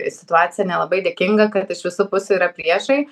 situacija nelabai dėkinga kad iš visų pusių yra priešai